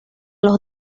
los